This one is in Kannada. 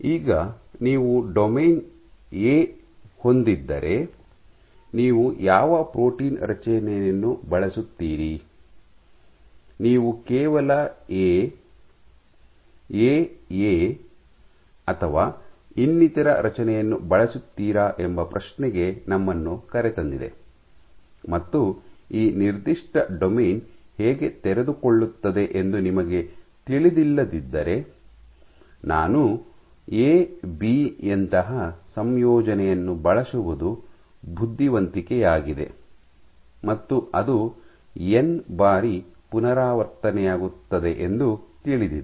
ಈಗ ನೀವು ಡೊಮೇನ್ ಎ ಹೊಂದಿದ್ದರೆ ನೀವು ಯಾವ ಪ್ರೋಟೀನ್ ರಚನೆಯನ್ನು ಬಳಸುತ್ತೀರಿ ನೀವು ಕೇವಲ ಎ ಎ ಎ ಅಥವಾ ಇನ್ನಿತರ ರಚನೆಯನ್ನು ಬಳಸುತ್ತೀರಾ ಎಂಬ ಪ್ರಶ್ನೆಗೆ ನಮ್ಮನ್ನು ಕರೆತಂದಿದೆ ಮತ್ತು ಈ ನಿರ್ದಿಷ್ಟ ಡೊಮೇನ್ ಹೇಗೆ ತೆರೆದುಕೊಳ್ಳುತ್ತದೆ ಎಂದು ನಿಮಗೆ ತಿಳಿದಿಲ್ಲದಿದ್ದರೆ ನಾನು ಎ ಬಿ ಯಂತಹ ಸಂಯೋಜನೆಯನ್ನು ಬಳಸುವುದು ಬುದ್ಧಿವಂತಿಕೆಯಾಗಿದೆ ಮತ್ತು ಅದು ಎನ್ ಬಾರಿ ಪುನರಾವರ್ತನೆಯಾಗಿರುತ್ತದೆ ಎಂದು ತಿಳಿದಿದೆ